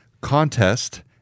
contest